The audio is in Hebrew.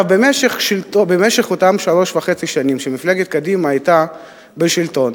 במשך אותן שלוש שנים וחצי שמפלגת קדימה היתה בשלטון,